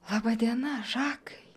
laba diena žakai